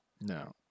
No